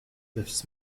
lifts